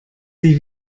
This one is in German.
sie